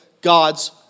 God's